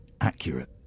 accurate